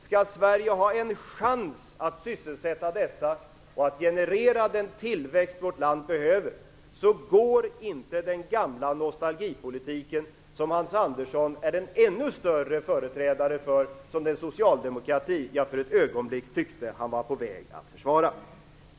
Skall Sverige ha en chans att sysselsätta dessa och att generera den tillväxt vårt land behöver går inte den gamla nostalgipolitiken, som Hans Andersson är en ännu större företrädare för än den socialdemokrati som jag för ett ögonblick tyckte att han var på väg att försvara.